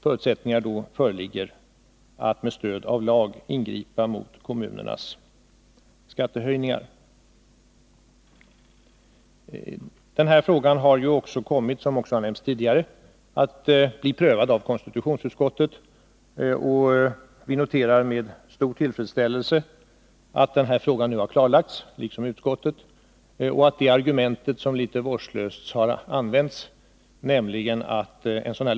Ett argument, som litet vårdslöst använts i debatten, har varit att en sådan lagstiftning inte skulle vara förenlig med gällande grundlag. Som nämnts tidigare har denna fråga blivit prövad av konstitutionsutskottet. Vi noterar med stor tillfredsställelse att frågan nu har klarlagts och att detta argument har underkänts.